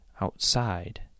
outside